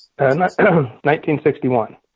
1961